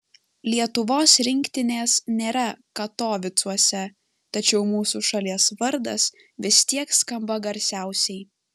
lietuvos rinktinės nėra katovicuose tačiau mūsų šalies vardas vis tiek skamba garsiausiai